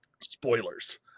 spoilers